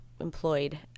employed